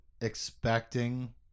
expecting